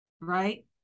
Right